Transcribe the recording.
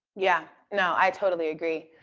yeah. no, i totally agree.